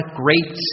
great